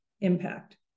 impact